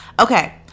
Okay